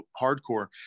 hardcore